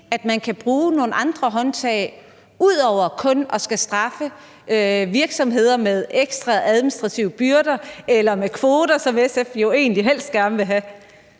at man kan dreje på nogle andre håndtag udover kun at skulle straffe virksomheder med ekstra administrative byrder eller med kvoter, som SF jo egentlig helst gerne vil have?